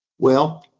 well,